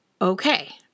Okay